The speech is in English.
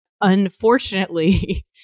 unfortunately